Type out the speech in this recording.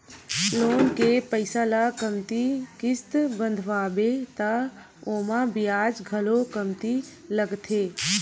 loan के पइसा ल कमती किस्त बंधवाबे त ओमा बियाज घलो कमती लागथे